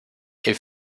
est